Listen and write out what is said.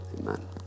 Amen